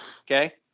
okay